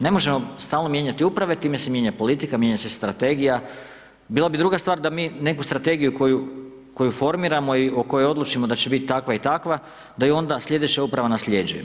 Ne možemo stalno mijenjati uprave, time se mijenja politike, mijenja se strategija, bila bi druga stvar da mi neku strategiju koju formiramo i o kojoj odlučimo da će biti takva i takva, da ju onda sljedeća uprava nasljeđuje.